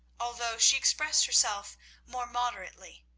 although she expressed herself more moderately.